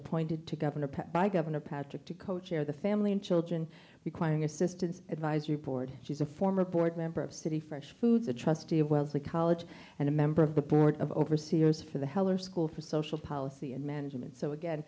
appointed to governor by governor patrick to co chair the family and children be quite an assistance advisory board she's a former board member of city fresh foods a trustee of wellesley college and a member of the board of overseers for the heller school for social policy and management so again